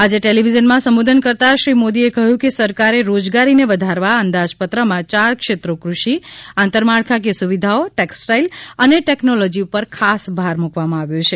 આજે ટેલિવિઝનમાં સંબોધન કરતાં શ્રી મોદીએ કહ્યુ કે સરકારે રોજગારીને વધારવા અંદાજપત્રમાં યાર ક્ષેત્રો કૃષિ આંતરમાળખાકીય સુવિધાઓ ટેક્સટાઇલ અને ટેકનોલોજી પર ખાસ ભાર મુકવામાં આવ્યો છે